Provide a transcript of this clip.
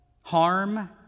harm